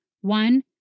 one